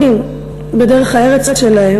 לערכים היפים של העולם